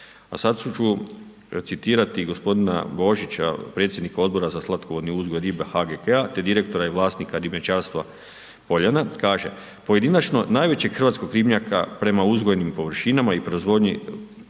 A sada ću recitirati gospodina Božića, predsjednika Odbora za slatkovodni uzgoj ribe HGK-a te direktora i vlasnika ribničarstva Poljana, kaže: Pojedinačno najvećeg ribnjaka prema uzgojnim površinama i proizvodnji,